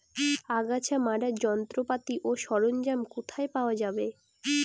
আগাছা মারার যন্ত্রপাতি ও সরঞ্জাম কোথায় পাওয়া যাবে?